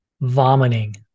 vomiting